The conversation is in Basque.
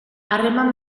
harreman